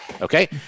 Okay